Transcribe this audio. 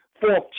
fourth